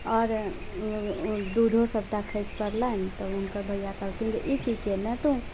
आओर दूधो सबटा खसि परलनि तऽ हुनकर भैया कहलखिन ई की केला तू